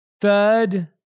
third